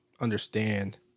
understand